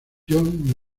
john